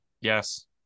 Yes